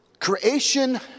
Creation